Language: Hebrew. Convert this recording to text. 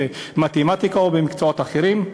במתמטיקה או במקצועות אחרים.